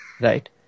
right